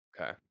Okay